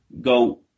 go